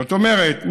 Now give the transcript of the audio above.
זאת אומרת,